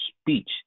speech